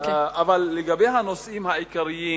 אבל לגבי הנושאים העיקריים,